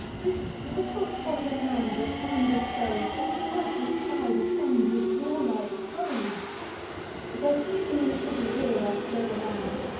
this little spot of land, which heav'n bestows, on ev'ry side is hemm'd with warlike foes gaetulian cities here are spread around,